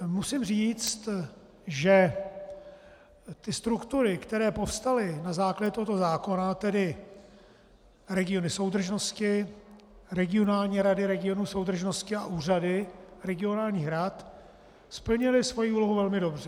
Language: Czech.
Musím říct, že ty struktury, které povstaly na základě tohoto zákona, tedy regiony soudržnosti, regionální rady regionů soudržnosti a úřady regionálních rad, splnily svou úlohu velmi dobře.